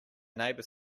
neighbour